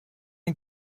den